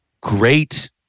great